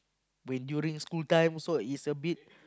when during school time so it's a bit